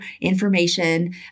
information